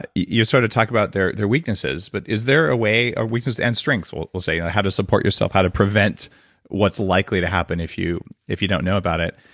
ah you sort of talk about their weaknesses, but is there a way our weakness and strengths, we'll we'll say, how to support yourself? how to prevent what's likely to happen if you if you don't know about it?